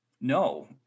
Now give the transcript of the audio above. No